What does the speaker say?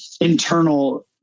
internal